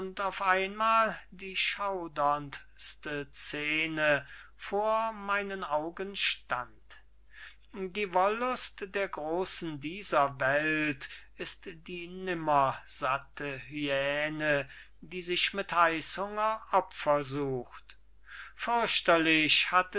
auf einmal die schauderndste scene vor meinen augen stand die wollust der großen dieser welt ist die nimmersatte hyäne die sich mit heißhunger opfer sucht fürchterlich hatte sie